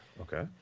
Okay